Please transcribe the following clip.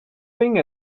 thing